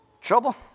trouble